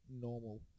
normal